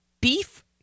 beef